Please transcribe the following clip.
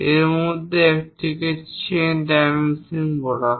এর মধ্যে একটিকে চেইন ডাইমেনশনিং বলা হয়